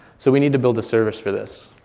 so we need to build a service for this.